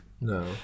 No